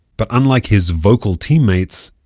but unlike his vocal teammates,